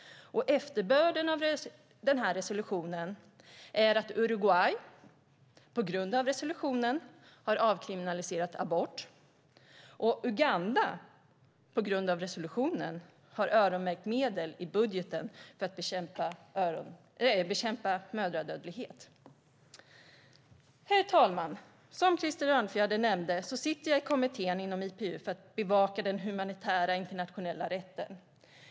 Efterbörden av resolutionen är att Uruguay tack vare resolutionen har avkriminaliserat abort och att Uganda tack vare resolutionen har öronmärkt medel i budgeten för att bekämpa mödradödlighet. Herr talman! Som Krister Örnfjäder nämnde sitter jag i kommittén inom IPU för att bevaka den humanitära internationella rätten.